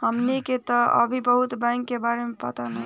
हमनी के तऽ अभी बहुत बैंक के बारे में पाता नइखे